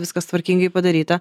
viskas tvarkingai padaryta